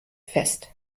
fest